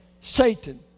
Satan